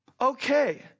okay